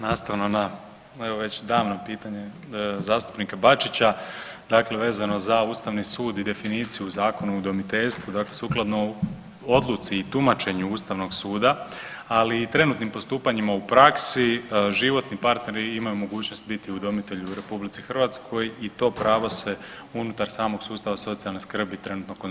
Nastavno na evo već davno pitanje zastupnika Bačića, dakle vezano za Ustavni sud i definiciju u Zakonu o udomiteljstvu dakle sukladno odluci i tumačenju Ustavnog suda, ali i trenutnim postupanjima u praksi životni partneri imaju mogućnost biti udomitelji u RH i to pravo se unutar samog sustava socijalne skrbi trenutno konzumira.